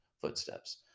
footsteps